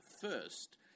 first